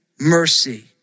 mercy